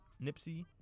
Nipsey